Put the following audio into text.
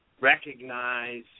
recognize